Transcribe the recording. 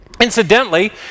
Incidentally